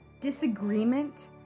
Disagreement